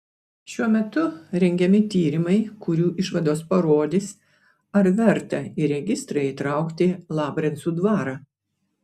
šiuo metu rengiami tyrimai kurių išvados parodys ar verta į registrą įtraukti labrencų dvarą